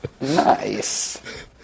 Nice